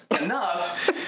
enough